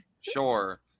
Sure